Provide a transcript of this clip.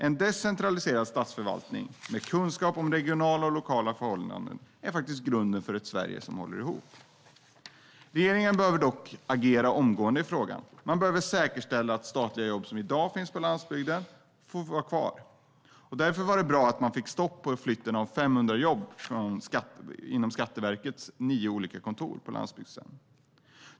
En decentraliserad statsförvaltning med kunskap om regionala och lokala förhållanden är faktiskt grunden för ett Sverige som håller ihop. Regeringen behöver dock agera omgående i frågan. Man behöver säkerställa att statliga jobb som i dag finns på landsbygden får vara kvar. Därför var det bra att man stoppade flytten av 500 jobb inom Skatteverkets nio olika kontor på landsbygden.